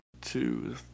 two